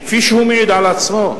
וכפי שהוא מעיד על עצמו,